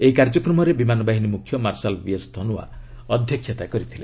ଏହି କାର୍ଯ୍ୟକ୍ରମରେ ବିମାନ ବାହିନୀ ମୁଖ୍ୟ ମାର୍ଶାଲ୍ ବିଏସ୍ ଧନୋୱା ଅଧ୍ୟକ୍ଷତା କରିଥିଲେ